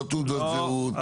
לא תעודות זהות,